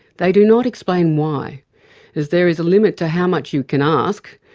they do not explain why as there is a limit to how much you can ask,